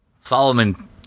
Solomon